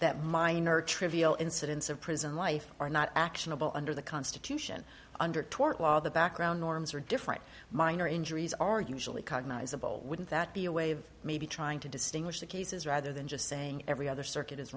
that minor trivial incidents of prison life are not actionable under the constitution under tort law the background norms are different minor injuries are usually cognize of wouldn't that be a way of maybe trying to distinguish the cases rather than just saying every other circuit is